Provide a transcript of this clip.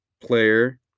player